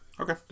Okay